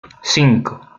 cinco